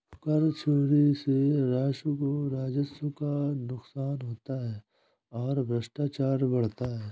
कर चोरी से राष्ट्र को राजस्व का नुकसान होता है और भ्रष्टाचार बढ़ता है